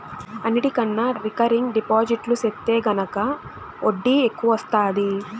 అన్నిటికన్నా recurring deposit సెత్తే గనక ఒడ్డీ ఎక్కవొస్తాది